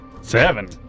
Seven